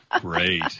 great